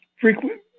frequent